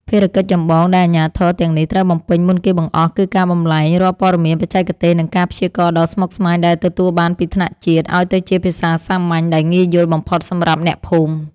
ភារកិច្ចចម្បងដែលអាជ្ញាធរទាំងនេះត្រូវបំពេញមុនគេបង្អស់ គឺការបំប្លែងរាល់ព័ត៌មានបច្ចេកទេស និងការព្យាករណ៍ដ៏ស្មុគស្មាញដែលទទួលបានពីថ្នាក់ជាតិ ឱ្យទៅជាភាសាសាមញ្ញដែលងាយយល់បំផុតសម្រាប់អ្នកភូមិ។